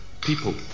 People